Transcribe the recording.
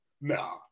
no